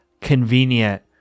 convenient